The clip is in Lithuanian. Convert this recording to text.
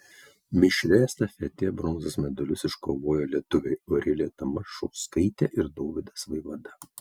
mišrioje estafetėje bronzos medalius iškovojo lietuviai aurelija tamašauskaitė ir dovydas vaivada